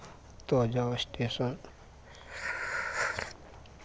तऽ जाउ स्टेशन